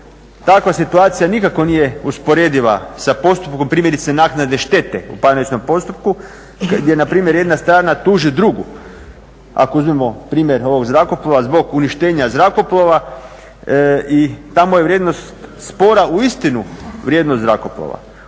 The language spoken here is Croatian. Takva situacija nikako nije usporediva sa postupkom primjerice naknade štete u parničnom postupku gdje npr. jedna strana tuži drugu. Ako uzmemo primjer ovog zrakoplova zbog uništenja zrakoplova i tamo je vrijednost spora uistinu vrijednost zrakoplova.